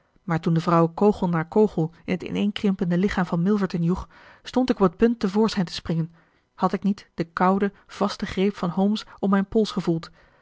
maar toen de vrouw kogel na kogel in het ineenkrimpende lichaam van milverton joeg stond ik op t punt te voorschijn te springen had ik niet den kouden vasten greep van holmes om mijn pols gevoeld